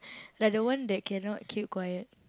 like the one that cannot keep quiet